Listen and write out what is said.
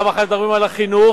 פעם אחת מדברים על החינוך,